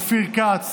לא פחות מזה.